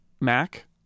Mac